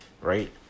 right